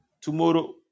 tomorrow